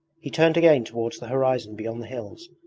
he turned again towards the horizon beyond the hills,